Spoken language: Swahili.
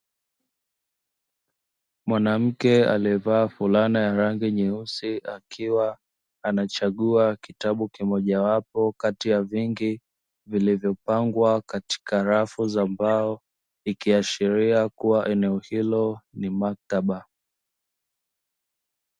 Mwanamke aliyevaa fulana ya rangi nyeusi akiwa anachagua kitabu kimojawapo kati ya vingi vilivyopangwa katika rafu za mbao ikiashiria kuwa eneo hilo ni maktaba.